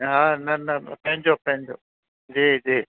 हा न न न पंहिंजो पंहिंजो जी जी